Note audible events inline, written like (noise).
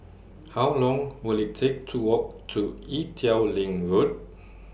How Long Will IT Take to Walk to Ee Teow Leng Road (noise)